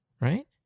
Right